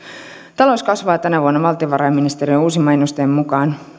talous kasvaa tänä vuonna valtiovarainministeriön uusimman ennusteen mukaan